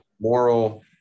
moral